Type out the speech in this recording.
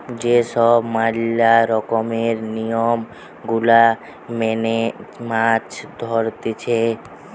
যে সব ম্যালা রকমের নিয়ম গুলা মেনে মাছ ধরতিছে